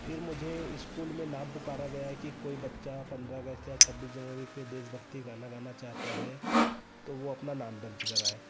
फिर मुझे स्कूल में नाम पुकारा गया कि कोई बच्चा पंद्रह अगस्त या छब्बीस जनवरी पर देशभक्ति गाना गाना चाहता है तो वह अपना नाम दर्ज कराए